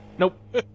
Nope